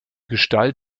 gestalt